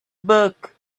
book